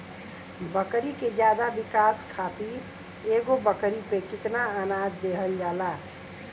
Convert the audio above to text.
बकरी के ज्यादा विकास खातिर एगो बकरी पे कितना अनाज देहल जाला?